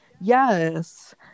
Yes